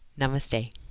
namaste